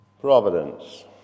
Providence